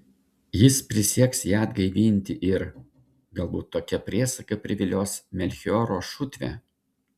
jis prisieks ją atgaivinti ir galbūt tokia priesaika privilios melchioro šutvę